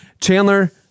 Chandler